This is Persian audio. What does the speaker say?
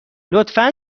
لطفا